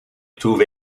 trouve